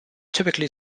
typically